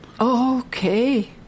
okay